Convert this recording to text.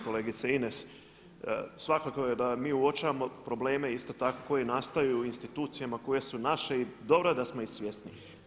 Kolegice Ines, svakako da mi uočavamo probleme isto tako koji nastaju u institucijama koje su naše i dobro je da smo ih svjesni.